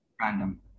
random